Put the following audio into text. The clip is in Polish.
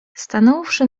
stanąwszy